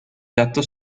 gatto